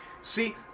See